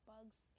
Bugs